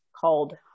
called